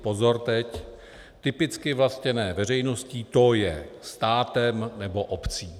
Pozor teď: Typicky vlastněné veřejností, to je státem nebo obcí.